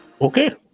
Okay